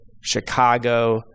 Chicago